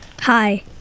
Hi